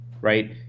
right